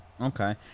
Okay